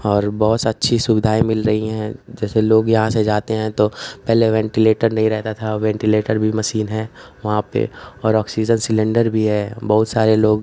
और बहुत अच्छी सुविधाएँ मिल रही हैं जैसे लोग यहाँ से जाते हैं तो पहले वेन्टीलेटर नहीं रहता था अब वेन्टीलेटर भी मशीन है वहाँ पर और ऑक्सीजन सिलेण्डर भी हैं बहुत सारे लोग